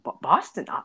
Boston